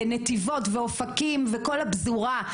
יש תקווה לתושבי נתיבות ואופקים וכל הפזורה.